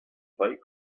fight